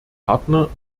partner